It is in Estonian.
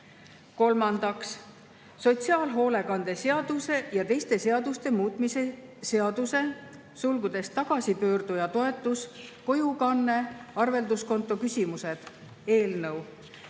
Kolmandaks, sotsiaalhoolekande seaduse ja teiste seaduste muutmise seaduse (tagasipöörduja toetus, kojukanne, arvelduskonto küsimused) eelnõu.